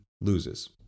loses